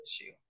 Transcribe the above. issue